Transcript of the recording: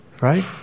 Right